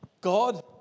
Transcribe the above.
God